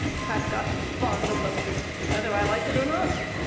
i've got to be fond of them whether i like it or not.